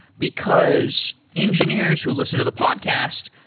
because engineers who listen to the podcast,